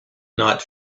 night